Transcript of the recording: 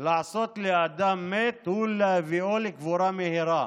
לעשות לאדם מת הוא להביאו לקבורה מהירה.